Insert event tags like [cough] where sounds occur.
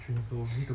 [breath]